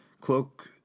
Cloak